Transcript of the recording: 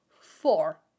four